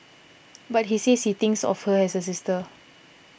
but he says he thinks of her as a sister